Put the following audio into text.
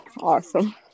Awesome